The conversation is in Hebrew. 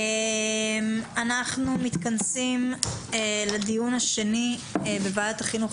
אנחנו מתכנסים לדיון השני בוועדת החינוך,